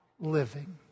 living